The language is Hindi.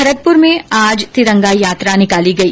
भरतपुर में आज तिरंगा यात्रा निकाली गई